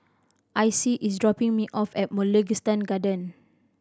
Icey is dropping me off at Mugliston Garden